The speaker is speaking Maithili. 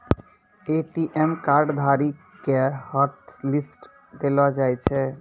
ए.टी.एम कार्ड धारी के हॉटलिस्ट देलो जाय छै